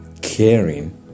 caring